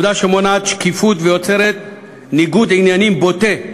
עובדה שמונעת שקיפות ויוצרת ניגוד עניינים בוטה,